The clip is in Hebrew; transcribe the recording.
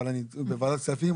אבל אני בוועדת הכספים,